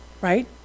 right